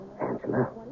Angela